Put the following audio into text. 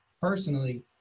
personally